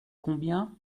combien